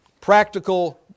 Practical